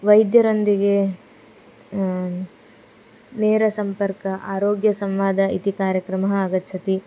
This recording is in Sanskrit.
वैद्यरोन्दिगे नेरसम्पर्कं आरोग्यसंवादः इति कार्यक्रमः आगच्छति